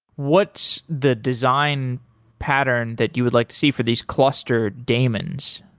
what the design pattern that you would like to see for these cluster daemons?